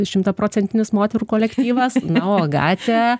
šimtaprocentinis moterų kolektyvas na o agate